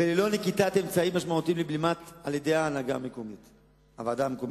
וללא נקיטת אמצעים משמעותיים לבלימתם על-ידי הוועדה המקומית העירונית.